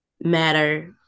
matter